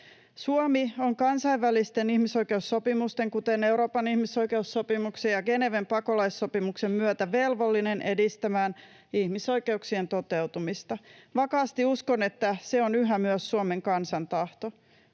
Suomi on kansainvälisten ihmisoikeussopimusten, kuten Euroopan ihmisoikeussopimuksen ja Geneven pakolaissopimuksen, myötä velvollinen edistämään ihmisoikeuksien toteutumista. Vakaasti uskon, että se on yhä myös Suomen kansan tahto.